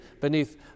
beneath